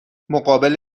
مقابل